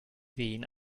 wen